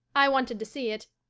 i wanted to see it,